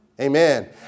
Amen